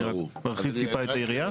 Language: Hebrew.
אני רק מרחיב טיפה את העירייה.